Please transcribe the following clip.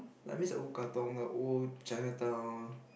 I miss the old Katong the old Chinatown